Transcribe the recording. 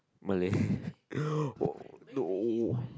Malay oh no